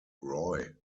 roy